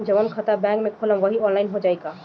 जवन खाता बैंक में खोलम वही आनलाइन हो जाई का?